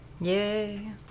Yay